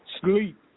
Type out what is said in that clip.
Sleep